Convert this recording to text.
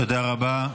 תודה רבה.